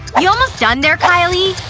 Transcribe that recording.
you almost done there, kylie?